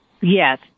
Yes